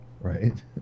Right